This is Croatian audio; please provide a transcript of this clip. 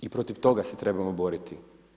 I protiv toga se trebamo boriti.